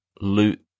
loot